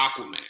Aquaman